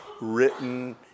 written